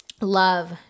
love